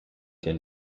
den